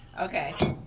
okay.